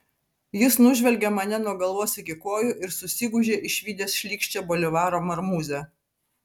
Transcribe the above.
jis nužvelgė mane nuo galvos iki kojų ir susigūžė išvydęs šlykščią bolivaro marmūzę